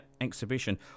exhibition